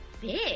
big